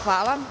Hvala.